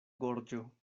gorĝo